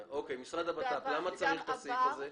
המשרד לביטחון פנים, למה צריך את הסעיף הזה?